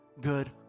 good